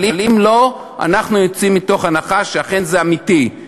אבל אם לא, אנחנו יוצאים מתוך הנחה שאכן זה אמיתי.